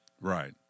right